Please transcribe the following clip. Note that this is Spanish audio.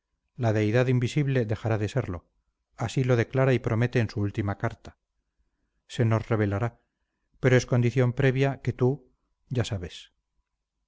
la deidad invisible dejará de serlo así lo declara y promete en su última carta se nos revelará pero es condición previa que tú ya sabes